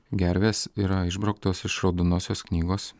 gervės yra išbrauktos iš raudonosios knygos